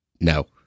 No